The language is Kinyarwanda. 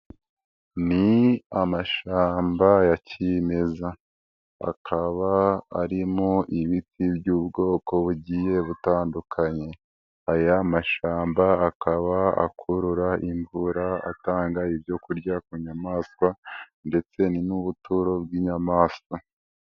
Ni amashamba ya kimeza akaba arimo ibiti by'ubwoko bugiye butandukanye, aya mashamba akaba akurura imvura, atanga ibyo kurya ku nyamaswa ndetse n'ubuturo bw'inyamaswa.